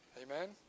Amen